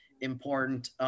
important